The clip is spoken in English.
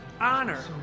honor